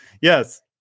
Yes